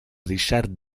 richard